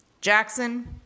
Jackson